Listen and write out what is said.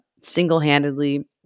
single-handedly